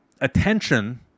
attention